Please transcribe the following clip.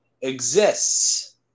exists